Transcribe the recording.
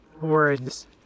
words